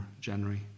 January